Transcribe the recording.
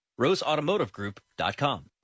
roseautomotivegroup.com